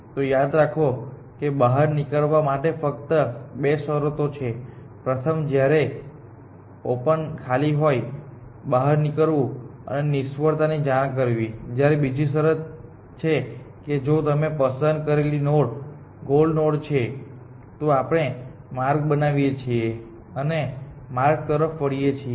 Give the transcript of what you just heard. તો યાદ રાખો કે બહાર નીકળવા માટે ફક્ત બે શરતો છે પ્રથમ જ્યારે ઓપન ખાલી હોય બહાર નીકળવું અને નિષ્ફળતાની જાણ કરવી જયારે બીજી શરત છે કે જો તમે પસંદ કરેલી નોડ ગોલ નોડ છે તો આપણે માર્ગ બનાવીએ છીએ અને તે માર્ગ તરફ વળીએ છીએ